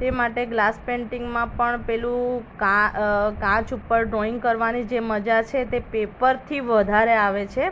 તે માટે ગ્લાસ પેઈન્ટિંગમાં પણ પેલું કાચ ઉપર ડ્રોઈંગ કરવાની જે મજા છે તે પેપરથી વધારે આવે છે